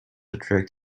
attract